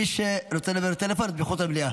מי שרוצה לדבר בטלפון, אז מחוץ למליאה.